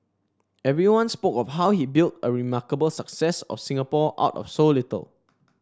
everyone spoke of how he built a remarkable success of Singapore out of so little